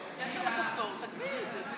יש לך שם כפתור, תגביהי את זה.